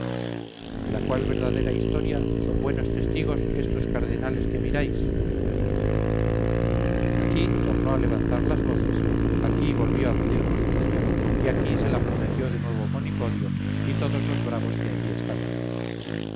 de la cual verdadera historia son buenos testigos estos cardenales que miráis aquí tornó a levantar las voces aquí volvió a pedir justicia y aquí se la prometió de nuevo monipodio y todos los bravos que allí estaban